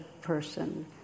person